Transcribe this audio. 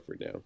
now